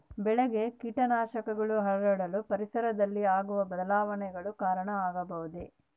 ಬೆಳೆಗೆ ಕೇಟನಾಶಕಗಳು ಹರಡಲು ಪರಿಸರದಲ್ಲಿ ಆಗುವ ಬದಲಾವಣೆಗಳು ಕಾರಣ ಆಗಬಹುದೇ?